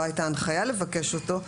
לא הייתה הנחיה לבקש אותו,